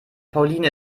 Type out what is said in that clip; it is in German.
pauline